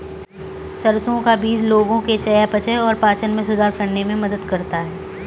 सरसों का बीज लोगों के चयापचय और पाचन में सुधार करने में मदद करता है